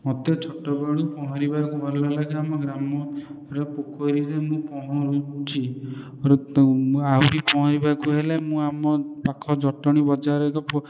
ମତେ ଛୋଟବେଳୁ ପହଁରିବାକୁ ଭଲ ଲାଗେ ଆମ ଗ୍ରାମରେ ପୋଖରୀରେ ମୁଁ ପହଁରୁଛି ଆହୁରି ପହଁରିବାକୁ ହେଲେ ମୁଁ ଆମ ପାଖ ଜଟଣୀ ବଜାରରୁ